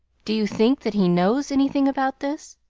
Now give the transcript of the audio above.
do you think that he knows anything about this?